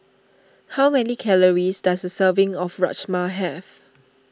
how many calories does a serving of Rajma have